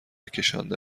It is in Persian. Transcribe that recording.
کشانده